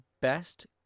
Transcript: best